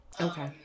Okay